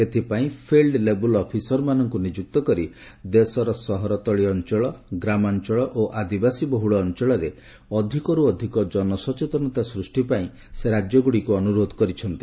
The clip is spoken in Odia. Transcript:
ଏଥିପାଇଁ ଫିଲ୍ ଲେବୁଲ ଅଫିସରମାନଙ୍କୁ ନିଯୁକ୍ତ କରି ଦେଶର ସହରତଳି ଅଞ୍ଚଳଗ୍ରାମାଞ୍ଚଳ ଓ ଆଦିବାସୀ ବହୁଳ ଅଞ୍ଚଳରେ ଅଧିକରୁ ଅଧିକ ଜନସଚେତନତା ସୃଷ୍ଟି ପାଇଁ ସେ ରାଜ୍ୟଗୁଡିକୁ ଅନୁରୋଧ କରିଛନ୍ତି